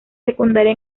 secundaria